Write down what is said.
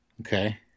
Okay